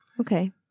Okay